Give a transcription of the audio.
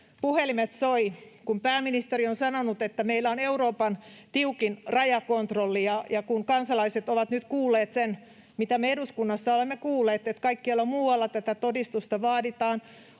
puhelimet soivat, kun pääministeri on sanonut, että meillä on Euroopan tiukin rajakontrolli, ja kun kansalaiset ovat nyt kuulleet sen, mitä me eduskunnassa olemme kuulleet, että kaikkialla muualla tätä todistusta vaaditaan